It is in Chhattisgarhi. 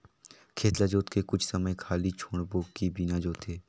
खेत ल जोत के कुछ समय खाली छोड़बो कि बिना जोते?